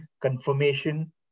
confirmation